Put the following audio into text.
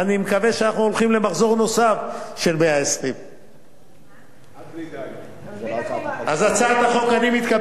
ואני מקווה שאנחנו הולכים למחזור נוסף של 120. אני מתכבד,